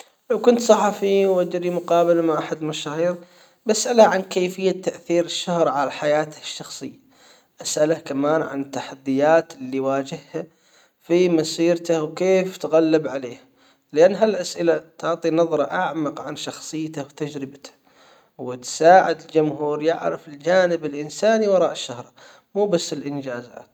لو كنت صحفي وادوني مقابلة مع احد المشاهير بسأله عن كيفية تأثير الشهرة على حياته الشخصية اسأله كمان عن التحديات اللي يواجهها في مسيرته وكيف تغلب عليها لان هالاسئلة تعطي نظرة اعمق عن شخصيته و تجربته وتساعد الجمهور يعرف الجانب الانساني وراء الشهرة. مو بس الانجازات